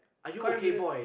call ambulance